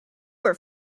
were